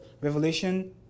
Revelation